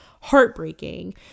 Heartbreaking